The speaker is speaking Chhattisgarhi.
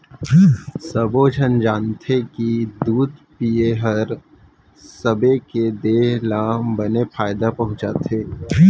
सब्बो झन जानथें कि दूद पिए हर सबे के देह ल बने फायदा पहुँचाथे